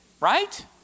Right